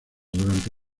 durante